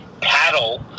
paddle